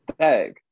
Tag